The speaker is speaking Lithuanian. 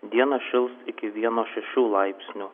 dieną šils iki vieno šešių laipsnių